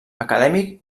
acadèmic